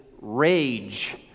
rage